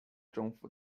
政府